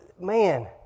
man